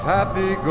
Happy